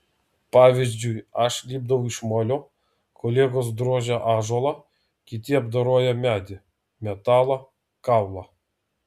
pavyzdžiui aš lipdau iš molio kolegos drožia ąžuolą kiti apdoroja medį metalą kaulą